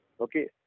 Okay